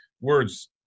words